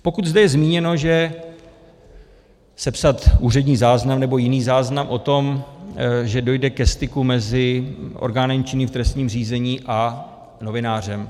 Pokud zde je zmíněno, že sepsat úřední záznam nebo jiný záznam o tom, že dojde ke styku mezi orgánem činným v trestním řízení a novinářem.